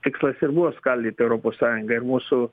tikslas ir buvo skaldyti europos sąjungą ir mūsų